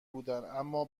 بودند، اما